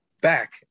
back